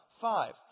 Five